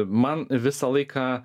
man visą laiką